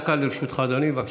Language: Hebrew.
עד דקה לרשותך, אדוני, בבקשה.